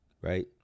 Right